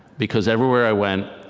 because everywhere i went,